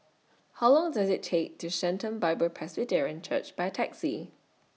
How Long Does IT Take to Sharon Bible Presbyterian Church By Taxi